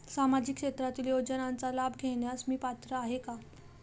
सामाजिक क्षेत्रातील योजनांचा लाभ घेण्यास मी पात्र आहे का?